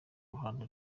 ruhande